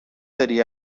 داری